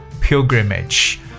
pilgrimage